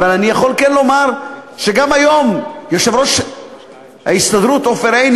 אבל גם היום יושב-ראש ההסתדרות עופר עיני,